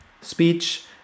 speech